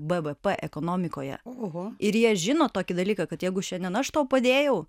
bvp ekonomikoje oho ir jie žino tokį dalyką kad jeigu šiandien aš tau padėjau